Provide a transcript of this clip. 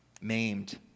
maimed